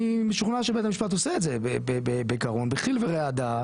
אני משוכנע שבית המשפט עושה את זה בעיקרון בחיל ורעדה,